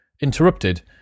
interrupted